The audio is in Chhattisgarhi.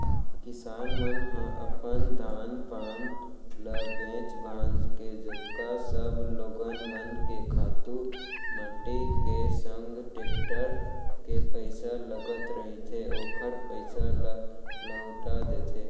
किसान मन ह अपन धान पान ल बेंच भांज के जतका सब लोगन मन के खातू माटी के संग टेक्टर के पइसा लगत रहिथे ओखर पइसा ल लहूटा देथे